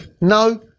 No